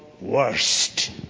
worst